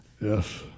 Yes